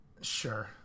Sure